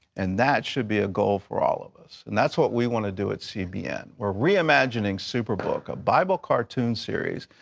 and that should be a goal for all of us. and that's what we want to do at cbn. we're re-imagining superbook, a bible cartoon series.